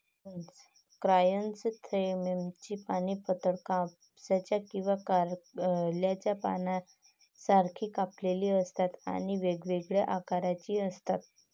क्रायसॅन्थेममची पाने पातळ, कापसाच्या किंवा कारल्याच्या पानांसारखी कापलेली असतात आणि वेगवेगळ्या आकाराची असतात